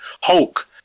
Hulk